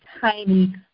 tiny